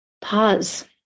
pause